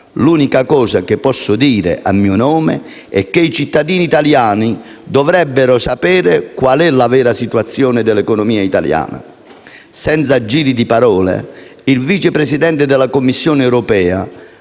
«L'unica cosa che posso dire a mio nome è che tutti gli italiani dovrebbero sapere qual è la vera situazione economica in Italia». Senza giri di parole, il Vice Presidente della Commissione europea